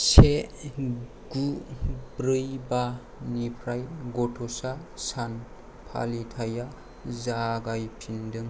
से गु ब्रै बा निफ्राय गथ'सा सान फालिथाइया जागायफिनदों